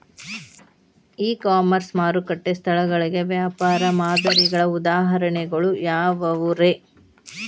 E commerce ಮಾರುಕಟ್ಟೆ ಸ್ಥಳಗಳಿಗೆ ವ್ಯಾಪಾರ ಮಾದರಿಗಳ ಉದಾಹರಣೆಗಳು ಯಾವವುರೇ?